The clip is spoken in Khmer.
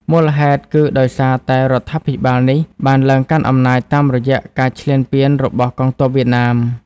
មូលហេតុគឺដោយសារតែរដ្ឋាភិបាលនេះបានឡើងកាន់អំណាចតាមរយៈការឈ្លានពានរបស់កងទ័ពវៀតណាម។